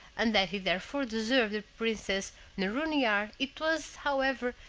and that he therefore deserved the princess nouronnihar, it was, however,